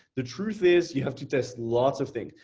the truth is you have to test lots of things.